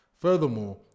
Furthermore